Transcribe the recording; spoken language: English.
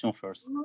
first